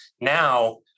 Now